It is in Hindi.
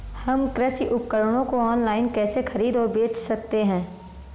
हम कृषि उपकरणों को ऑनलाइन कैसे खरीद और बेच सकते हैं?